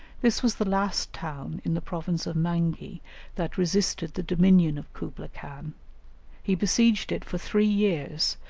this was the last town in the province of mangi that resisted the dominion of kublai-khan he besieged it for three years,